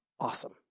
awesome